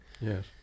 Yes